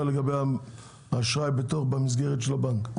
אלא אשראי במסגרת של הבנק.